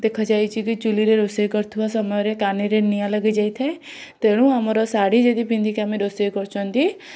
ଦେଖାଯାଇଛି କି ଚୁଲ୍ହିରେ ରୋଷେଇ କରୁଥିବା ସମୟରେ କାନିରେ ନିଆଁ ଲାଗିଯାଇଥାଏ ତେଣୁ ଆମର ଶାଢ଼ୀ ଯଦି ପିନ୍ଧିକି ଆମେ ରୋଷେଇ କରୁଛନ୍ତି